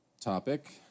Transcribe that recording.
topic